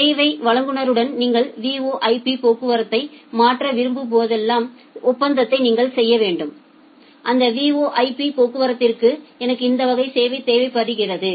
சேவை வழங்குநருடன் நீங்கள் VoIP போக்குவரத்தை மாற்ற விரும்புவதாக ஒரு ஒப்பந்தத்தை நீங்கள் செய்ய வேண்டும் அந்த VoIP போக்குவரத்திற்கு எனக்கு இந்த வகை சேவை தேவைப்படுகிறது